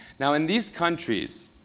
now, in these countries,